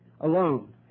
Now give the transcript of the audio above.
alone